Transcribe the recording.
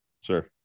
sure